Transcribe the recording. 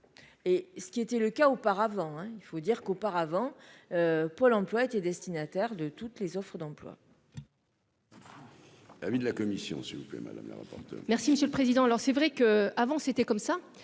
Et ce qui était le cas auparavant, hein, il faut dire qu'auparavant, Pôle Emploi été destinataire de toutes les Offres d'emploi.